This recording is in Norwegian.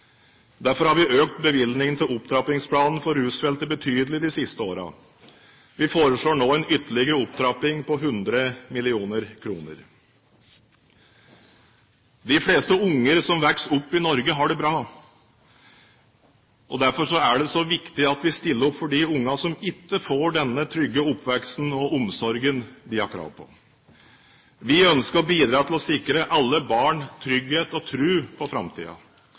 Derfor har vi økt bevilgningene til Opptrappingsplanen for rusfeltet betydelig de siste årene. Vi foreslår nå en ytterligere opptrapping på 100 mill. kr. De fleste barn som vokser opp i Norge, har det bra. Derfor er det så viktig at vi stiller opp for de barna som ikke får denne trygge oppveksten og omsorgen de har krav på. Vi ønsker å bidra til å sikre alle barn trygghet og tro på